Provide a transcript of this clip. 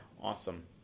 awesome